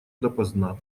допоздна